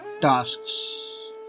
tasks